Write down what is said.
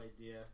idea